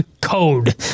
code